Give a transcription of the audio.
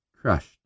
crushed